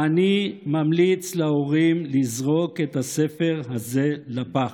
ואני ממליץ להורים לזרוק את הספר הזה לפח.